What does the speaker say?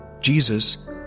Jesus